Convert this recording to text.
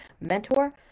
mentor